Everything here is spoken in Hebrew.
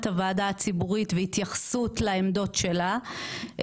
הוועדה הציבורית והתייחסות לעמדות שלה.